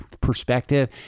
perspective